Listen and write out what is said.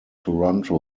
toronto